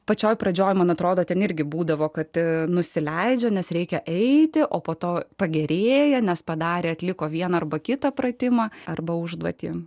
pačioje pradžioje man atrodo ten irgi būdavo kad nusileidžia nes reikia eiti o po to pagerėja nes padarė atliko vieną arba kitą pratimą arba užduotį